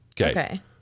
Okay